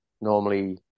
normally